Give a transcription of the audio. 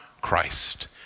Christ